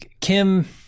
Kim